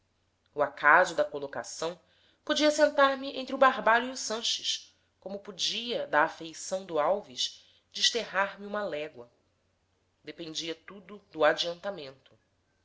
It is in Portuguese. o acaso da colocação podia sentar-me entre o barbalho e o sanches como podia da afeição do alves desterrar me uma légua dependia tudo do adiantamento